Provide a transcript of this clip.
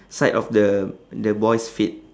side of the the boy's feet